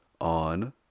on